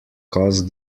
cause